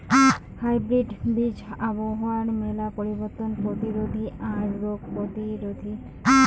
hybrid বীজ আবহাওয়ার মেলা পরিবর্তন প্রতিরোধী আর রোগ প্রতিরোধী